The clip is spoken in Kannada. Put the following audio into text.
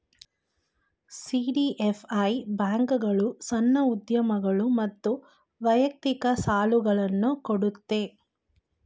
ಸಿ.ಡಿ.ಎಫ್.ಐ ಬ್ಯಾಂಕ್ಗಳು ಸಣ್ಣ ಉದ್ಯಮಗಳು ಮತ್ತು ವೈಯಕ್ತಿಕ ಸಾಲುಗಳನ್ನು ಕೊಡುತ್ತೆ